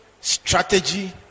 strategy